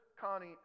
Connie